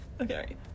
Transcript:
Okay